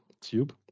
tube